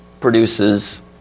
produces